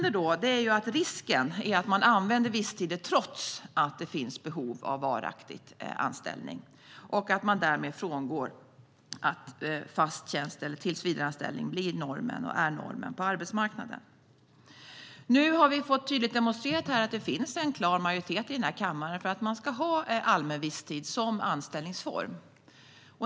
Risken är att visstider används trots att det finns behov av varaktigt anställda och att man därmed frångår att tillsvidareanställning är normen på arbetsmarknaden. Nu har vi fått tydligt demonstrerat här att det finns en klar majoritet i kammaren för allmän visstid som anställningsform.